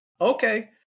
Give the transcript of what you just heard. okay